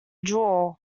draw